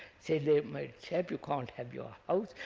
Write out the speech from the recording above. says, my chap, you can't have your house,